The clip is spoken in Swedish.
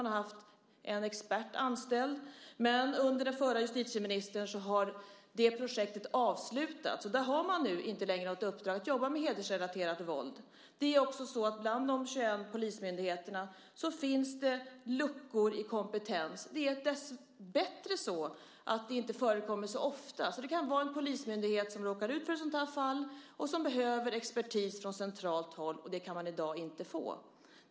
De har haft en expert anställd, men det projektet avslutades under den förra justitieministern, och man har inte längre något uppdrag att arbeta med hedersrelaterat våld. Även bland de 21 polismyndigheterna finns luckor i kompetensen. Dessbättre förekommer det inte så ofta, men polismyndigheter kan råka ut för sådana här fall och behöva experthjälp från centralt håll, vilket de inte kan få i dag.